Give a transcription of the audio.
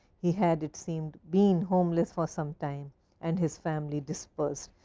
he had it seem been homeless for some time and his family disperse.